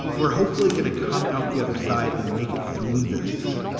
we're hopefully going to come out the other side and make it through this.